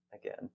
again